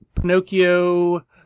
Pinocchio